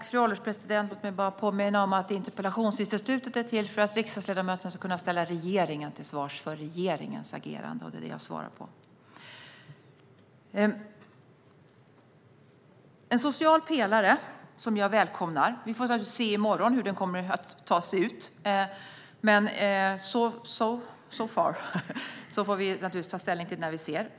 Fru ålderspresident! Låt mig bara påminna om att interpellationsinstitutet är till för att riksdagsledamöterna ska kunna ställa regeringen till svars för regeringens agerande. Det är detta jag svarar på. Jag välkomnar en social pelare. I morgon får vi se hur den kommer att ta sig ut, och sedan får vi ta ställning till det.